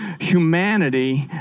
humanity